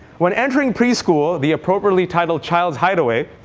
when entering preschool, the appropriately titled child's hideaway,